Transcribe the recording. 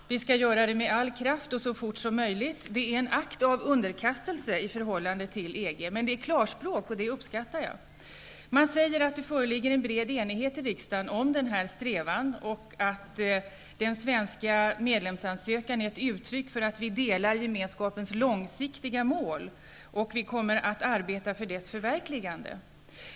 Vi skall göra det med all kraft och så fort som möjligt. Det är en akt av underkastelse i förhållande till EG. Men det är klarspråk, och det uppskattar jag. Man säger att det föreligger en bred enighet i riksdagen om denna strävan, att den svenska medlemsansökan är ett uttryck för att vi delar Gemenskapens långsiktiga mål och att vi kommer att arbeta för dess förverkligande.